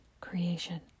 creation